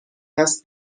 است